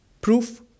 Proof